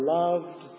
loved